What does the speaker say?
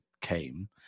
came